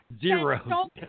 zero